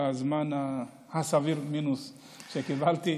על הזמן הסביר מינוס שקיבלתי.